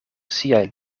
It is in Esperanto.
siaj